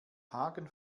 hagen